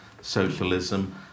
socialism